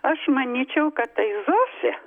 aš manyčiau kad tai zosė